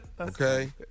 Okay